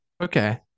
Okay